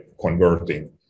converting